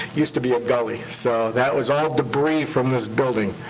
used to be a gully. so that was all debris from this building.